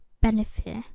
benefit